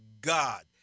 God